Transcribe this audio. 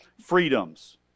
freedoms